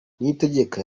niyitegeka